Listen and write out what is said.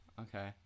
Okay